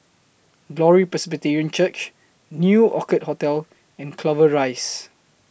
Glory Presbyterian Church New Orchid Hotel and Clover Rise